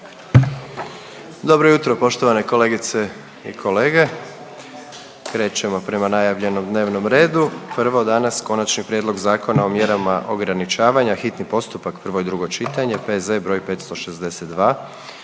Dobro jutro poštovane kolegice i kolege. Krećemo prema najavljenom dnevnom redu, prvo danas: - Konačni prijedlog Zakona o mjerama ograničavanja, hitni postupak, prvo i drugo čitanje, P.Z. br. 562